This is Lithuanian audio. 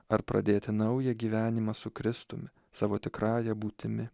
ar pradėti naują gyvenimą su kristumi savo tikrąja būtimi